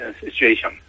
situation